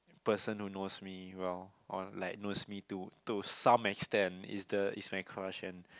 person who knows me well or like knows me to to some extent is the is my crush and